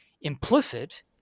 implicit